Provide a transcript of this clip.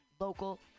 local